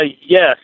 Yes